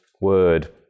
word